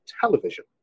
television